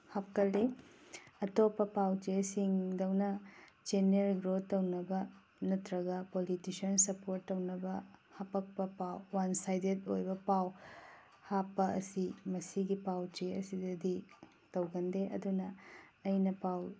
ꯍꯥꯞꯀꯜꯂꯤ ꯑꯇꯣꯞꯄ ꯄꯥꯎ ꯆꯦꯁꯤꯡꯗꯧꯅ ꯆꯦꯟꯅꯦꯜ ꯒ꯭ꯔꯣꯠ ꯇꯧꯅꯕ ꯅꯠꯇ꯭ꯔꯒ ꯄꯣꯂꯤꯇꯤꯁ꯭ꯌꯥꯟ ꯁꯞꯄꯣꯔ꯭ꯠ ꯇꯧꯅꯕ ꯍꯥꯞꯄꯛꯄ ꯄꯥꯎ ꯋꯥꯟ ꯁꯥꯏꯗꯦꯠ ꯑꯣꯏꯕ ꯄꯥꯎ ꯍꯥꯞꯄ ꯑꯁꯤ ꯃꯁꯤꯒꯤ ꯄꯥꯎ ꯆꯦ ꯑꯁꯤꯗꯗꯤ ꯇꯧꯒꯟꯗꯦ ꯑꯗꯨꯅ ꯑꯩꯅ ꯄꯥꯎ